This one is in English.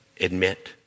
admit